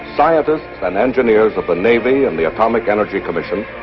scientists and engineers of the navy and the atomic energy commission,